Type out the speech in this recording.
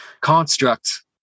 construct